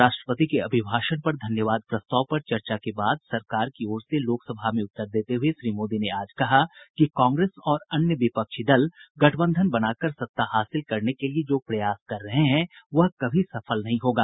राष्ट्रपति के अभिभाषण पर धन्यवाद प्रस्ताव पर चर्चा के बाद सरकार की ओर से लोकसभा में उत्तर देते हुए श्री मोदी ने आज कहा कि कांग्रेस और अन्य विपक्षी दल गठबंधन बनाकर सत्ता हासिल करने के लिए जो प्रयास कर रहे हैं वह कभी सफल नहीं होगा